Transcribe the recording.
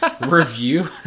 review